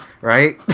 right